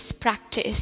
practice